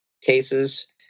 cases